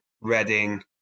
Reading